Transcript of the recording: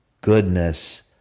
goodness